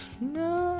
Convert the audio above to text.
No